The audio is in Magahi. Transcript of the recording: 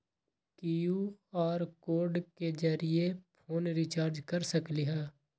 कियु.आर कोड के जरिय फोन रिचार्ज कर सकली ह?